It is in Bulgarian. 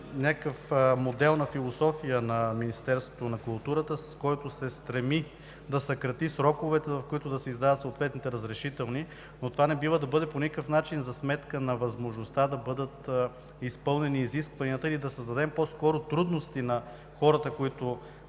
някакъв модел на философия на Министерството на културата, с който се стреми да съкрати сроковете, в които да се издават съответните разрешителни. Това обаче не бива да бъде по никакъв начин за сметка на възможността да бъдат изпълнени изискванията или да създадем по-скоро трудности на хората, които